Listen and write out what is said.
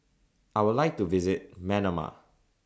I Would like to visit Manama